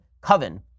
Coven